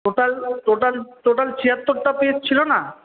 total total total ছিয়াত্তরটা page ছিল না